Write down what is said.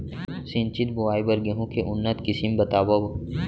सिंचित बोआई बर गेहूँ के उन्नत किसिम बतावव?